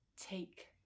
Take